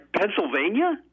Pennsylvania